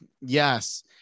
Yes